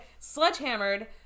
Sledgehammered